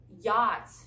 yacht